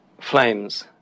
flames